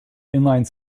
inline